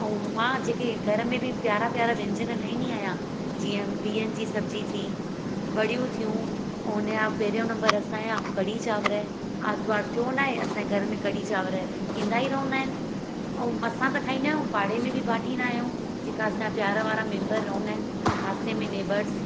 अऊं मां जेके घर में बि पियार पियार व्यंजन ठाहींदी आहियां जिअं बिहनि जी सब़्जी थी वड़ियूं थियूं अऊं हुन खां पहिरियों नंबर असांया कड़ी चांवर आर्तवार थियो नाहे असांए घर में कड़ी चांवर थींदा ई रहंदा आहिनि अऊं असां त खाईंदा आहियूं पाड़े में बि बाटींदा आहियूं जेका असांया पियार वारा मेंबर रहंदा आहिनि पासे में नेबर्स